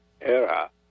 era